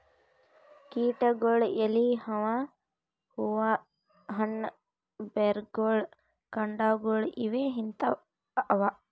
ಕೀಟಗೊಳ್ ಎಲಿ ಹೂವಾ ಹಣ್ಣ್ ಬೆರ್ಗೊಳ್ ಕಾಂಡಾಗೊಳ್ ಇವೇ ತಿಂತವ್